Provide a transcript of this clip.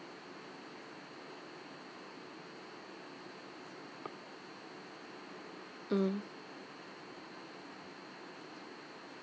mm